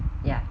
ya